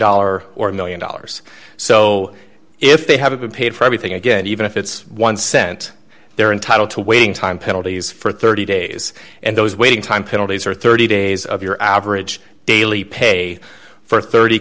dollar or a one million dollars so if they haven't paid for everything again even if it's one cent they're entitled to waiting time penalties for thirty days and those waiting time penalties are thirty days of your average daily pay for thirty